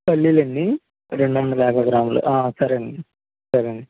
పల్లీలండి రెండు వందల యాభై గ్రాములు సరేనండి సరేండి